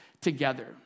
together